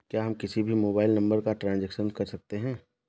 क्या हम किसी भी मोबाइल नंबर का ट्रांजेक्शन कर सकते हैं?